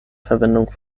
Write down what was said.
verwendung